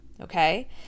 Okay